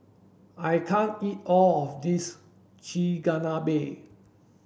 I can't eat all of this Chigenabe